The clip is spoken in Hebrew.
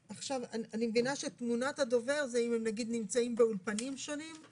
אני מבינה שתמונת הדובר זה אם הם נמצאים באולפנים שונים,